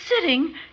sitting